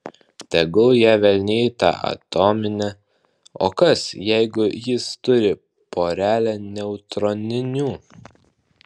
tegul ją velniai tą atominę o kas jeigu jis turi porelę neutroninių